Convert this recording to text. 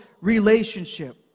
relationship